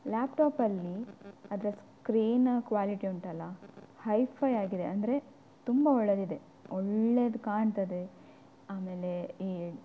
ಲ್ಯಾಪ್ಟಾಪಲ್ಲಿ ಅದರ screen quality ಉಂಟಲ್ಲ ಹೈಫೈ ಆಗಿದೆ ಅಂದರೆ ತುಂಬಾ ಒಳ್ಳೆಯದಿದೆ ಒಳ್ಳೆದು ಕಾಣ್ತದೆ ಆಮೇಲೆ ಈ